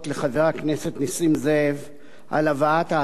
על הבאת ההצעה והנושא,